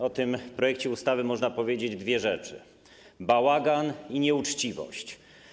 O tym projekcie ustawy można powiedzieć dwie rzeczy: bałagan i nieuczciwość.